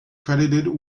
credited